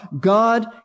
God